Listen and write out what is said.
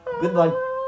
Goodbye